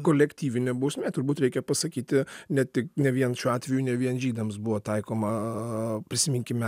kolektyvinė bausmė turbūt reikia pasakyti ne tik ne vien šiuo atveju ne vien žydams buvo taikoma prisiminkime